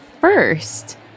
first